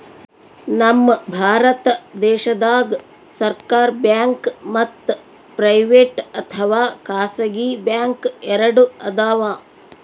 ನಮ್ ಭಾರತ ದೇಶದಾಗ್ ಸರ್ಕಾರ್ ಬ್ಯಾಂಕ್ ಮತ್ತ್ ಪ್ರೈವೇಟ್ ಅಥವಾ ಖಾಸಗಿ ಬ್ಯಾಂಕ್ ಎರಡು ಅದಾವ್